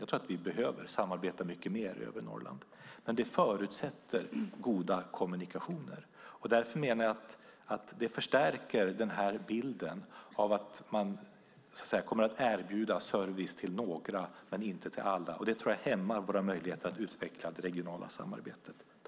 Jag tror att vi behöver samarbeta mycket mer över Norrland, men det förutsätter goda kommunikationer. Det förstärker bilden av att man kommer att erbjuda service till några men inte till alla. Det tror jag hämmar våra möjligheter att utveckla det regionala samarbetet.